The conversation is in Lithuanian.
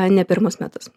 ne pirmus metus